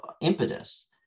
impetus